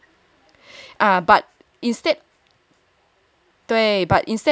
uh but instead